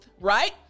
right